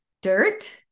dirt